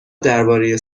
درباره